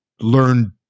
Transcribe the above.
learn